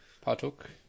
Partook